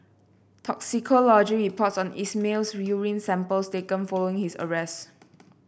toxicology reports on Ismail's urine samples taken following his arrest